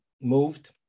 moved